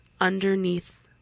underneath